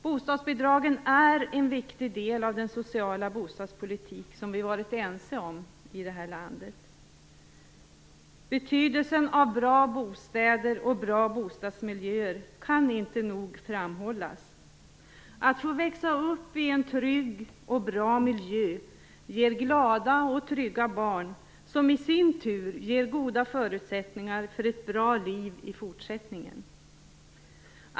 Bostadsbidragen är en viktig del av den sociala bostadspolitik som vi varit ense om i detta land. Betydelsen av bra bostäder och bra bostadsmiljöer kan inte nog framhållas. Att få växa upp i en trygg och bra miljö ger glada och trygga barn, som i sin tur ger goda förutsättningar för ett bra liv i fortsättningen.